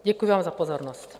Děkuji vám za pozornost.